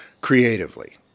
creatively